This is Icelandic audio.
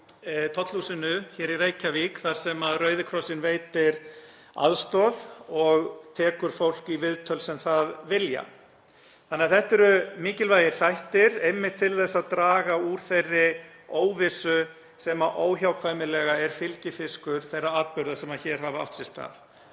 í Tollhúsinu hér í Reykjavík þar sem Rauði krossinn veitir aðstoð og tekur fólk í viðtöl sem það vilja. Þetta eru mikilvægir þættir einmitt til þess að draga úr þeirri óvissu sem óhjákvæmilega er fylgifiskur þeirra atburða sem hér hafa átt sér stað.